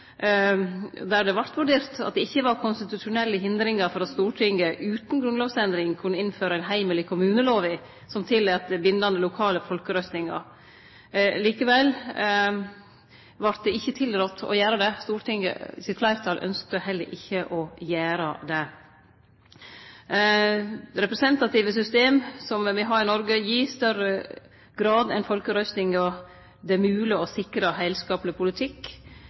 der det vart vurdert slik at det ikkje var konstitusjonelle hindringar for at Stortinget utan grunnlovsendring kunne innføre ein heimel i kommunelova som tillèt bindande lokale folkerøystingar. Likevel vart det ikkje tilrådd å gjere det. Stortinget sitt fleirtal ynskte heller ikkje å gjere det. Det representative systemet som me har i Noreg, gjer det i større grad enn folkerøystingar mogleg å sikre heilskapleg politikk.